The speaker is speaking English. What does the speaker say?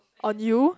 on you